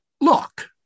Look